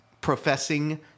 professing